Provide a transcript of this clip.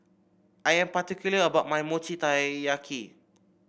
I'm particular about my Mochi Taiyaki